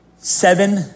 Seven